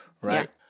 right